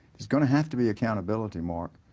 it's going have to be accountability, mark,